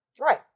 Right